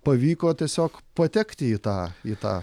pavyko tiesiog patekti į tą į tą